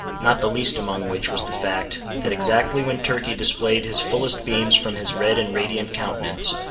not the least among which was the fact, that exactly when turkey displayed his fullest beams from his red and radiant countenance,